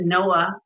Noah